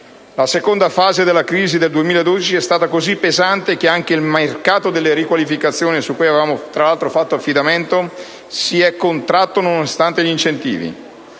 La seconda fase della crisi del 2012 è stata così pesante che anche il mercato delle riqualificazioni (su cui, tra l'altro, avevamo fatto affidamento) si è contratto nonostante gli incentivi.